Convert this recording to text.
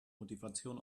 motivation